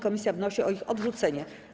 Komisja wnosi o ich odrzucenie.